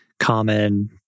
common